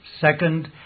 Second